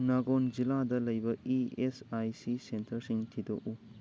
ꯅꯥꯒꯣꯟ ꯖꯤꯜꯂꯥꯗ ꯂꯩꯕ E S I C ꯁꯦꯟꯇꯔꯁꯤꯡ ꯊꯤꯗꯣꯛꯎ